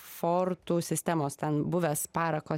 fortų sistemos ten buvęs parako